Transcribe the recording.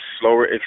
slower